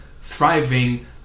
thriving